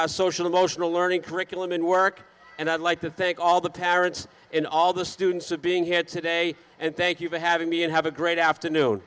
our social emotional learning curriculum and work and i'd like to thank all the parents in all the students of being here today and thank you for having me and have a great afternoon